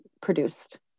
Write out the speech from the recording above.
produced